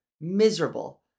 Miserable